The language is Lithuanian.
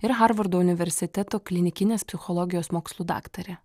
ir harvardo universiteto klinikinės psichologijos mokslų daktarė